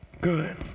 good